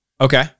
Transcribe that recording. Okay